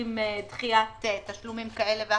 עם דחיית תשלומים כאלה ואחרים,